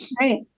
Right